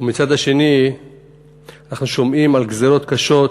ומצד שני אנחנו שומעים על גזירות קשות